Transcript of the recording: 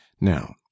Now